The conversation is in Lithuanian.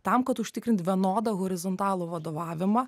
tam kad užtikrint vienodą horizontalų vadovavimą